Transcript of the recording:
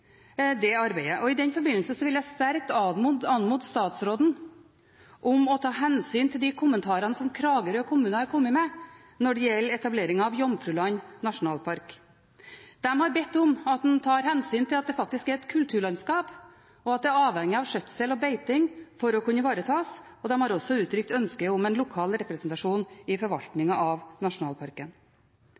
ta hensyn til kommentarene som Kragerø kommune har kommet med når det gjelder etableringen av Jomfruland nasjonalpark. De har bedt om at en tar hensyn til at det faktisk er et kulturlandskap, og at det er avhengig av skjøtsel og beiting for å kunne ivaretas. De har også uttrykt ønske om en lokal representasjon i forvaltningen av nasjonalparken.